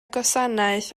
gwasanaeth